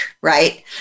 right